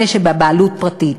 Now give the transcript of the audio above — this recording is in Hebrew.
אלה שבבעלות פרטית.